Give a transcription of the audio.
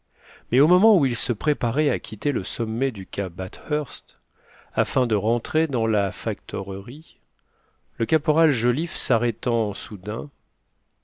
mais au moment où ils se préparaient à quitter le sommet du cap bathurst afin de rentrer dans la factorerie le caporal joliffe s'arrêtant soudain